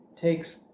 takes